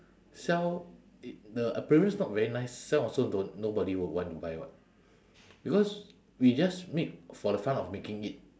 sell i~ the appearance not very nice sell also don't nobody would want to buy what because we just make for the fun of making it